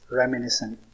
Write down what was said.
reminiscent